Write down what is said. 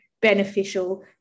beneficial